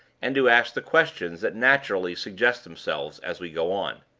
and to ask the questions that naturally suggest themselves as we go on.